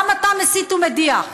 גם אתה מסית ומדיח,